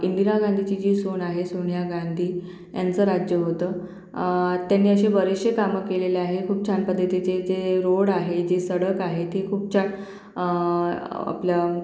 इंदिरा गांधींची जी सून आहे सोनिया गांधी यांचं राज्य होतं त्यांनी असे बरेचसे कामं केलेले आहे खूप छान पद्धतीचे जे रोड आहे जे सडक आहे ते खूप च्याक् आपल्या